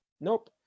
Nope